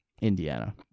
Indiana